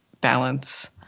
balance